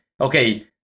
okay